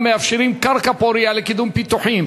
המאפשרים קרקע פורייה לקידום פיתוחים,